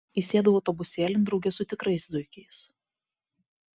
įsėdau autobusėlin drauge su tikrais zuikiais